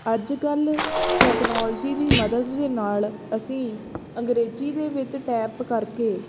ਅੱਜਕੱਲ੍ਹ ਟੈਕਨੋਲਜੀ ਦੀ ਮਦਦ ਦੇ ਨਾਲ ਅਸੀਂ ਅੰਗਰੇਜ਼ੀ ਦੇ ਵਿੱਚ ਟਾਈਪ ਕਰਕੇ